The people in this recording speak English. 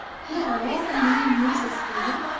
here are all the nine muses for you,